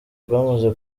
rwamaze